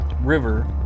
river